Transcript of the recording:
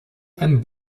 ein